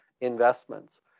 investments